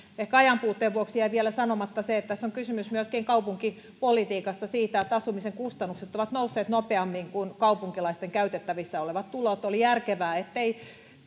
ehkä ajanpuutteen vuoksi jäi vielä sanomatta se että tässä on kysymys myöskin kaupunkipolitiikasta siitä että asumisen kustannukset ovat nousseet nopeammin kuin kaupunkilaisten käytettävissä olevat tulot oli järkevää ettei